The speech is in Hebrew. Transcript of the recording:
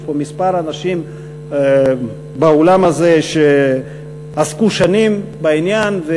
יש פה באולם הזה כמה אנשים שעסקו שנים בעניין,